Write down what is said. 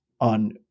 on